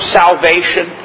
salvation